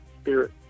spirit